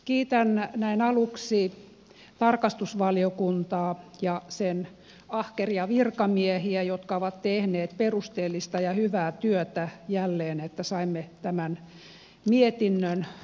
kiitän näin aluksi tarkastusvaliokuntaa ja sen ahkeria virkamiehiä jotka ovat tehneet perusteellista ja hyvää työtä jälleen että saimme tämän mietinnön valmiiksi